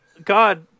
God